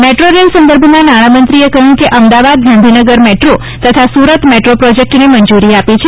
metro rail સંદર્ભમાં નાણામંત્રીએ કહ્યું કે અમદાવાદ ગાંધીનગર મેટ્રો તથા સુરત મેટ્રો પ્રોજેક્ટને મંજુરી આપી છે